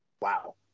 Wow